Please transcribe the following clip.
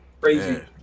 crazy